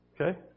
Okay